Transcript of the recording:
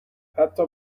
حتی